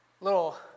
little